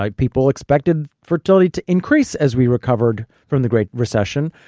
like people expected fertility to increase as we recovered from the great recession.